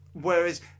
Whereas